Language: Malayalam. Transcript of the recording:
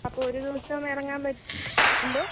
അപ്പമൊരു ദിവസം ഇറങ്ങാൻ പറ്റുമോ എന്തോ